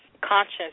conscious